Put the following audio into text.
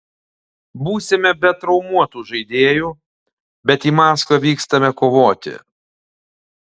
būsime be traumuotų žaidėjų bet į maskvą vykstame kovoti